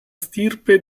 stirpe